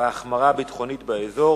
וההחמרה הביטחונית באזור.